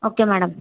okay ma'am